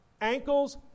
ankles